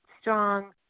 strong